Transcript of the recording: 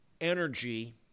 energy